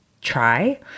try